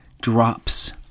drops